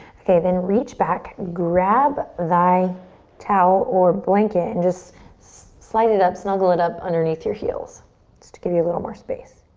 okay, then reach back, grab thy towel or blanket and just slide it up, snuggle it up underneath your heels just to give you a little more space.